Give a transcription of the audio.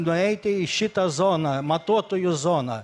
nueiti į šitą zoną matuotojų zoną